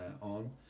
on